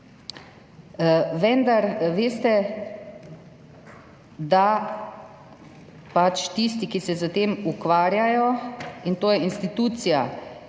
vendar veste, da pač tisti, ki se s tem ukvarjajo, in to je institucija,